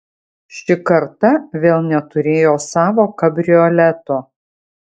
ši karta vėl neturėjo savo kabrioleto